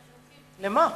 למה?